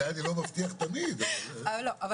אני לא מבטיח שכך יהיה תמיד.